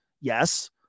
yes